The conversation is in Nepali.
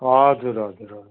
हजुर हजुर हजुर